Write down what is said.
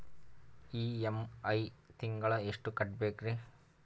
EMI ತಿಂಗಳ ಎಷ್ಟು ಕಟ್ಬಕ್ರೀ?